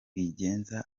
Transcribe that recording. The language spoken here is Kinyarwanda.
rwigenza